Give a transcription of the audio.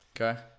Okay